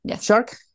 Shark